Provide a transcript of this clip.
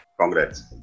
congrats